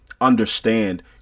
understand